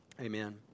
Amen